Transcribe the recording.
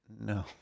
No